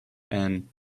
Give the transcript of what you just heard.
ann